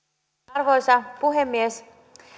arvoisa puhemies